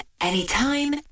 anytime